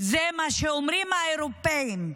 זה מה שאומרים האירופאים,